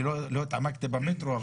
אני לא התעמקתי במטרו,